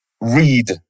read